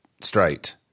straight